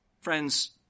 Friends